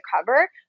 cover